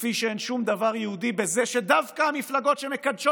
כפי שאין שום דבר יהודי בזה שדווקא המפלגות שמקדשות